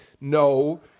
no